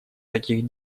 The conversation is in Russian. таких